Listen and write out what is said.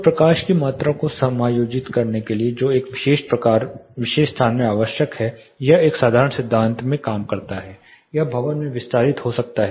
तो प्रकाश की मात्रा को समायोजित करने के लिए जो एक विशेष स्थान में आवश्यक है यह एक साधारण सिद्धांत में काम करता है यह भवन में विस्तारित हो सकता है